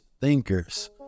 thinkers